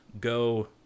go